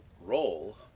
role